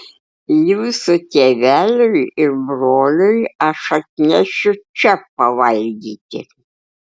jūsų tėveliui ir broliui aš atnešiu čia pavalgyti